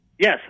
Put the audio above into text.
Yes